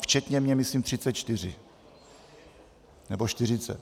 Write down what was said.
Včetně mě myslím 34 nebo 40.